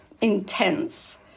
intense